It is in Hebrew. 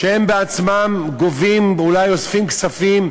שהם בעצמם גובים, אולי אוספים כספים,